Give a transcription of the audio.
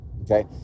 okay